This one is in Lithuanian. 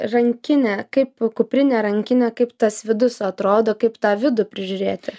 rankinė kaip kuprinė rankinė kaip tas vidus atrodo kaip tą vidų prižiūrėti